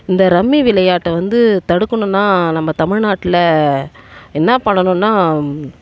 இந்த ரம்மி விளையாட்டை வந்து தடுக்கணும்ன்னா நம்ம தமிழ்நாட்டில் என்ன பண்ணணும்னா